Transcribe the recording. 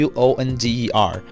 Wonder